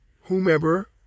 whomever